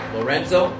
Lorenzo